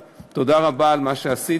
תודה רבה על מה שעשית.